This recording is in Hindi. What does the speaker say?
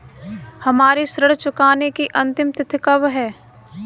हमारी ऋण चुकाने की अंतिम तिथि कब है?